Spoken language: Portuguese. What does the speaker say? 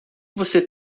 você